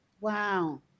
Wow